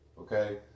Okay